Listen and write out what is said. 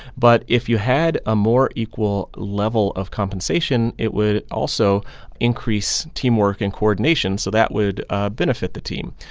but if you had a more equal level of compensation, it would also increase teamwork and coordination, so that would benefit the team.